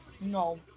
No